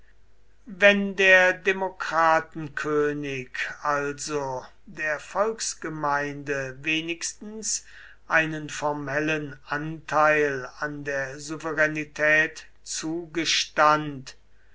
wenn der demokratenkönig also der volksgemeinde wenigstens einen formellen anteil an der souveränität zugestand